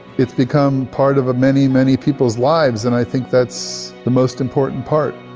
it's become part of a many, many people's lives, and i think that's the most important part.